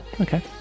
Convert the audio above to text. Okay